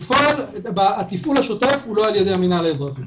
בפועל, התפעול השוטף הוא לא על ידי המנהל האזרחי.